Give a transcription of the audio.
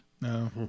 No